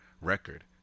record